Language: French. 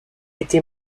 était